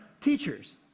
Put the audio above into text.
teachers